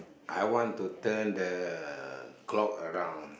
I want to turn the clock around